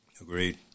Agreed